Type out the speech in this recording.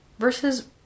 Versus